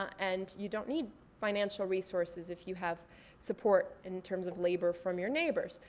and you don't need financial resources if you have support in terms of labor from your neighbors.